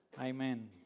amen